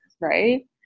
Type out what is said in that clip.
Right